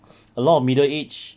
a lot of middle aged